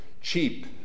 cheap